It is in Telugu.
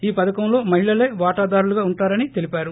ఈ పధకంలో మహిళలే వాటాదారులుగా ఉంటారని తెలిపారు